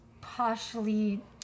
partially